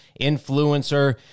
influencer